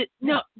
No